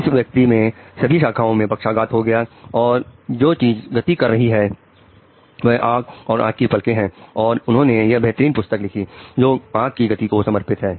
इस व्यक्ति में सभी शाखाओं में पक्षाघात हो गया है और जो चीज गति कर रही है वह आंख और आंख की पलकें हैं और उन्होंने यह बेहतरीन पुस्तक लिखी है जो आंख की गति को समर्पित है